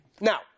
Now